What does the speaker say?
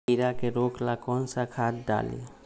कीड़ा के रोक ला कौन सा खाद्य डाली?